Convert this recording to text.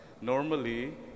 normally